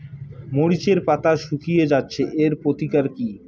মরিচের পাতা শুকিয়ে যাচ্ছে এর প্রতিকার কি?